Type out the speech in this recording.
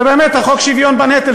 זה באמת חוק השוויון בנטל,